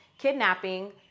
kidnapping